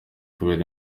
kubera